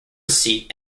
seat